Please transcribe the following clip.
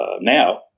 Now